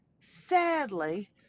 sadly